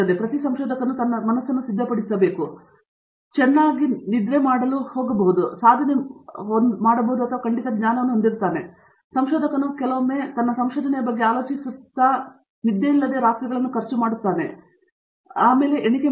ಆದ್ದರಿಂದ ಪ್ರತಿ ಸಂಶೋಧಕನು ತನ್ನ ಮನಸ್ಸನ್ನು ಸಿದ್ಧಪಡಿಸಬೇಕಾಗಿತ್ತು ಆ ರಾತ್ರಿ ಅವನು ಚೆನ್ನಾಗಿ ನಿದ್ರೆ ಮಾಡಲು ಏನು ಮಾಡುತ್ತಾನೆ ಅವನು ಸಾಧನೆ ಮತ್ತು ಖಂಡಿತ ಜ್ಞಾನವನ್ನು ಹೊಂದಿದ್ದಾನೆ ಸಂಶೋಧಕನು ಕೆಲವೊಮ್ಮೆ ತನ್ನ ಸಂಶೋಧನೆಯ ಬಗ್ಗೆ ಆಲೋಚಿಸುತ್ತಿರುವ ನಿದ್ದೆಯಿಲ್ಲದ ರಾತ್ರಿಗಳನ್ನು ಖರ್ಚುಮಾಡುತ್ತಾನಲ್ಲದೇ ಟಿ ಎಣಿಕೆ